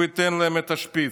הוא ייתן להם את השפיץ.